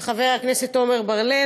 הרווחה והבריאות, חברת הכנסת מירב בן ארי.